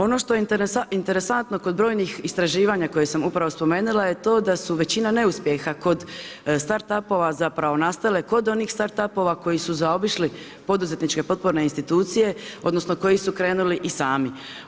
Ono što je interesantno kod brojnih istraživanja koje sam upravo spomenula je to da su većina neuspjeha kod start-upova zapravo nastale kod onih start-upova koji su zaobišli poduzetničke potporne institucije, odnosno koji su krenuli i sami.